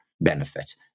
benefit